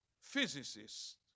physicist